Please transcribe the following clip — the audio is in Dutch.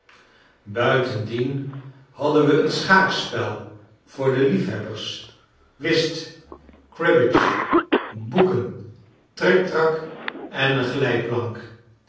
buitendien hadden we een schaakspel voor de lief hebbers whist cribbage boeken triktrak en een